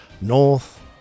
North